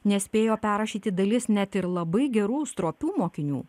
nespėjo perrašyti dalis net ir labai gerų stropių mokinių